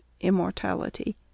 Immortality